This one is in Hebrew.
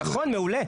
נכון, מעולה.